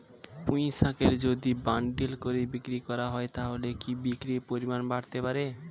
পুঁইশাকের যদি বান্ডিল করে বিক্রি করা হয় তাহলে কি বিক্রির পরিমাণ বাড়তে পারে?